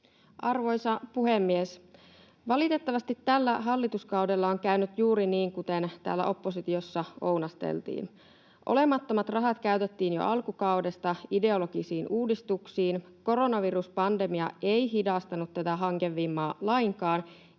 Arvoisa puhemies! Valitettavasti tällä hallituskaudella on käynyt juuri niin kuin täällä oppositiossa ounasteltiin. Olemattomat rahat käytettiin jo alkukaudesta ideologisiin uudistuksiin. Koronaviruspandemia ei hidastanut tätä hankevimmaa lainkaan,